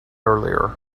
earlier